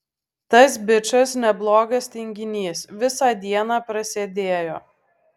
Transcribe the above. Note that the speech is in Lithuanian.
tas bičas neblogas tinginys visą dieną prasėdėjo